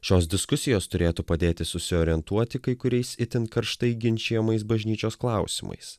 šios diskusijos turėtų padėti susiorientuoti kai kuriais itin karštai ginčijamais bažnyčios klausimais